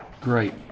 Great